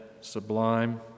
sublime